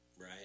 right